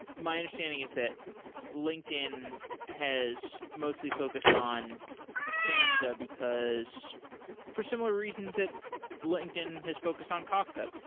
my understanding is that linkedin has mostly focused on samza, because for similar reasons that linkedin has focused on kafka.